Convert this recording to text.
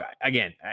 again